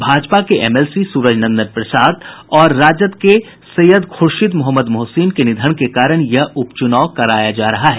भाजपा के एमएलसी सूरज नंदन प्रसाद और राजद के सैयद खुर्शीद मोहम्मद मोहसीन के निधन के कारण यह उप चुनाव कराया जा रहा है